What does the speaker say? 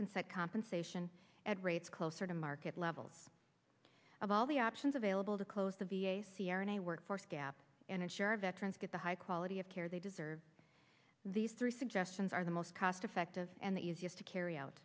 can set compensation at rates closer to market levels of all the options available to close the v a c n a workforce gap and ensure veterans get the high quality of care they deserve these three suggestions are the most cost effective and the easiest to carry out